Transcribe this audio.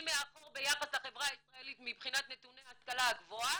מאחור ביחס לחברה הישראלית מבחינת נתוני ההשכלה הגבוהה,